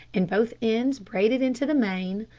and both ends braided into the mane,